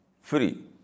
free